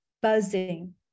buzzing